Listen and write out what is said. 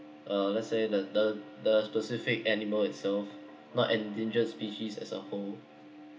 uh let's say the the the specific animal itself not endangered species as a whole